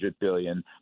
billion